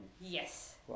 Yes